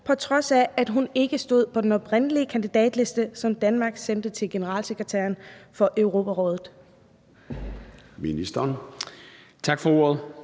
på trods af at hun ikke stod på den oprindelige kandidatliste, som Danmark sendte til generalsekretæren for Europarådet?